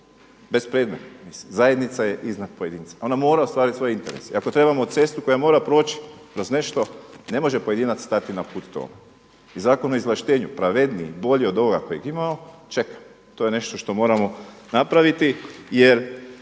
bespredmetno. Mislim zajednica je iznad pojedinca. Ona mora ostvariti svoje interese i ako trebamo cestu koja mora proći kroz nešto, ne može pojedinac stati na put tome. I Zakon o izvlaštenju pravedniji, bolji od ovoga kojeg imamo čeka. To je nešto što moramo napraviti jer